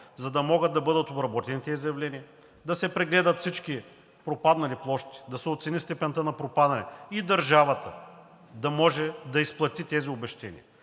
за да могат да бъдат обработени тези заявления, да се прегледат всички пропаднали площи, да се оцени степента на пропадане и държавата да може да изплати тези обезщетения.